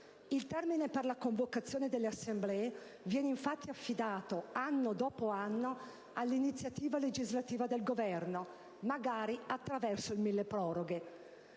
Il termine per la convocazione delle assemblee viene infatti affidato, anno dopo anno, all'iniziativa legislativa del Governo, magari attraverso il cosiddetto